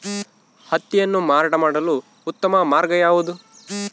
ಹತ್ತಿಯನ್ನು ಮಾರಾಟ ಮಾಡಲು ಉತ್ತಮ ಮಾರ್ಗ ಯಾವುದು?